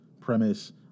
premise